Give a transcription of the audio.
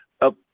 up